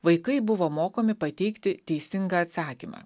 vaikai buvo mokomi pateikti teisingą atsakymą